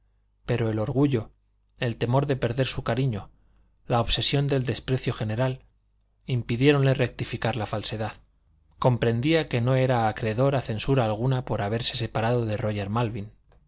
pero el orgullo el temor de perder su cariño la obsesión del desprecio general impidiéronle rectificar la falsedad comprendía que no era acreedor a censura alguna por haberse separado de róger malvin